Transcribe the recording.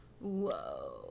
Whoa